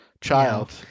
Child